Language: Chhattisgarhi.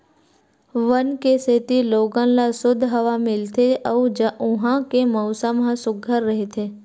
वन के सेती लोगन ल सुद्ध हवा मिलथे अउ उहां के मउसम ह सुग्घर रहिथे